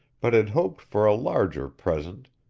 but had hoped for a larger present,